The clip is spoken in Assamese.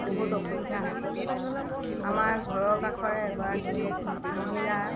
বহুত অসুবিধা হয় আমাৰ ঘৰৰ কাষৰে এগৰাকী মহিলাৰ